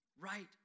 right